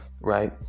right